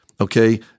Okay